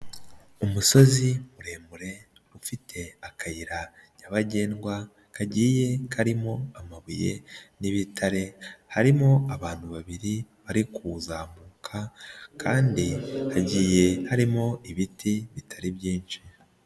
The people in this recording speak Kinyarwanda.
Umusozi muremure, ufite akayira nyabagendwa, kagiye karimo amabuye n'ibitare, harimo abantu babiri bari kuzamuka kandi hagiye harimo ibiti bitari byinshi.